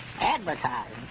Advertising